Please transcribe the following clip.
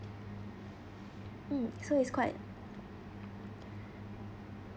mm so it's quite